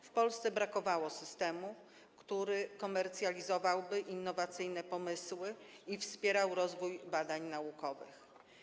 W Polsce brakowało systemu, który komercjalizowałby innowacyjne pomysły i wspierał rozwój badań naukowych.